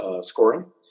scoring